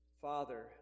Father